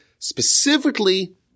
Specifically